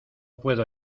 puedo